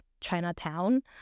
Chinatown